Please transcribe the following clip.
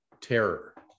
terror